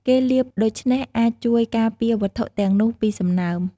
ការលាបដូច្នេះអាចជួយការពារវត្ថុទាំងនោះពីសំណើម។